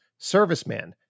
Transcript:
serviceman